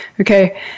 okay